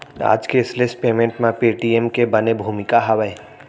आज cashless payment म Paytm के बने भूमिका हावय